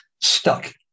Stuck